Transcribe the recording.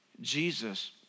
Jesus